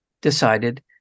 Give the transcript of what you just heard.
decided